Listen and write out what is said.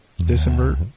Disinvert